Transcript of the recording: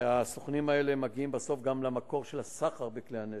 והסוכנים האלה מגיעים בסוף גם למקור של הסחר בכלי הנשק.